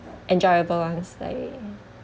enjoyable ones like